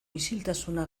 isiltasuna